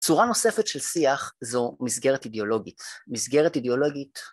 צורה נוספת של שיח זו מסגרת אידיאולוגית, מסגרת אידיאולוגית